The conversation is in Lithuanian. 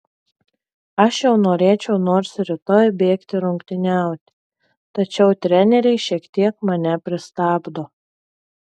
aš jau norėčiau nors ir rytoj bėgti rungtyniauti tačiau treneriai šiek tiek mane pristabdo